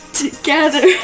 together